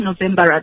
November